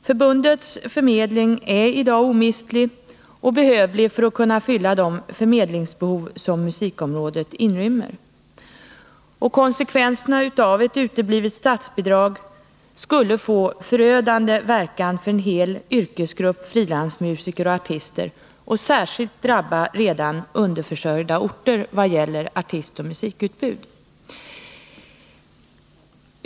Förbundets förmedling är i dag omistlig och behövlig för att man skall kunna fylla de förmedlingsbehov som finns på musikområdet. Konsekvenserna av ett uteblivet statsbidrag skulle bli förödande för en hel grupp frilansmusiker och artister, och det skulle särskilt drabba redan underförsörjda orter vad det gäller artistoch musikutbud.